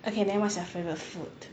okay then what's your favourite food